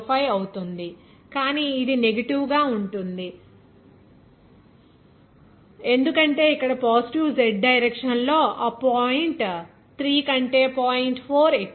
05 అవుతుంది కానీ ఇది నెగటివ్ గా ఉంటుంది ఎందుకంటే ఇక్కడ పాజిటివ్ Z డైరెక్షన్ లో ఆ పాయింట్ 3 కంటే పాయింట్4 ఎక్కువ